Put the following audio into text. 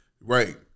Right